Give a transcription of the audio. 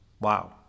Wow